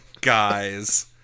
Guys